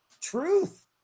Truth